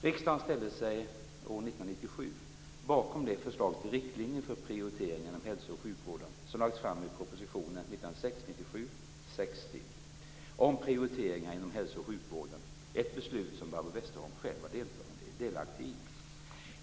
Riksdagen ställde sig år 1997 bakom det förslag till riktlinjer för prioriteringar inom hälso och sjukvården som lagts fram i proposition 1996/97:60 om prioriteringar inom hälso och sjukvården, ett beslut som Barbro Westerholm själv var delaktig i.